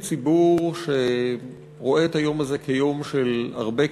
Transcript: ציבור שרואה את היום הזה כיום של הרבה כאב,